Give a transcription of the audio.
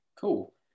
Cool